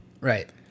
Right